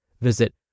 Visit